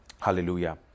Hallelujah